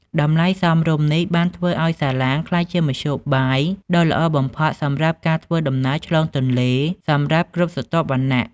តម្លៃសមរម្យនេះបានធ្វើឱ្យសាឡាងក្លាយជាមធ្យោបាយដ៏ល្អបំផុតសម្រាប់ការធ្វើដំណើរឆ្លងទន្លេសម្រាប់គ្រប់ស្រទាប់វណ្ណៈ។